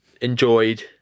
enjoyed